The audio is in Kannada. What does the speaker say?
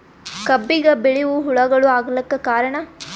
ಕಬ್ಬಿಗ ಬಿಳಿವು ಹುಳಾಗಳು ಆಗಲಕ್ಕ ಕಾರಣ?